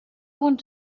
want